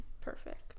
Perfect